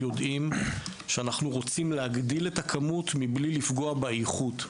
יודעים שאנחנו רוצים להגדיל את הכמות בלי לפגוע באיכות.